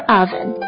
oven